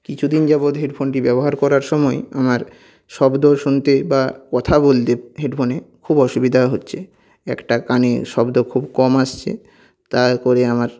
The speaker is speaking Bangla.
কিছুদিন যাবৎ হেডফোনটি ব্যবহার করার সময় আমার শব্দ শুনতে বা কথা বলতে হেডফোনে খুব অসুবিধা হচ্ছে একটা কানে শব্দ খুব কম আসছে তারপরে আমার